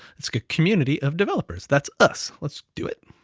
it's a community of developers. that's us, let's do it.